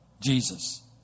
Jesus